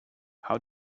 how